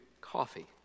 coffee